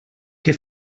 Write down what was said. què